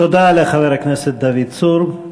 תודה לחבר הכנסת דוד צור.